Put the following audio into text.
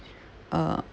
uh